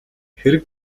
хэрэг